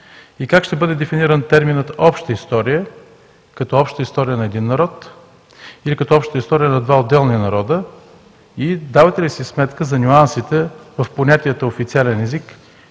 Как ще бъде дефиниран терминът „обща история“ – като обща история на един народ или като обща история на два отделни народа? Давате ли си сметка за нюансите в понятията „официален език“